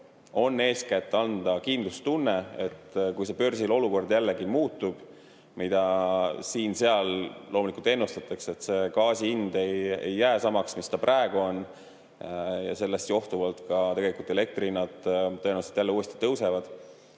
on eeskätt anda kindlustunnet. Börsil võib olukord jällegi muutuda. Siin-seal loomulikult ennustatakse, et gaasi hind ei jää samaks, mis ta praegu on, ja sellest johtuvalt ka tegelikult elektrihinnad tõenäoliselt jälle uuesti tõusevad.